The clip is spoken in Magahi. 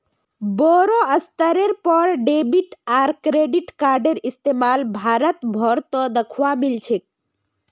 बोरो स्तरेर पर डेबिट आर क्रेडिट कार्डेर इस्तमाल भारत भर त दखवा मिल छेक